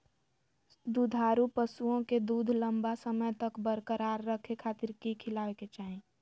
दुधारू पशुओं के दूध लंबा समय तक बरकरार रखे खातिर की खिलावे के चाही?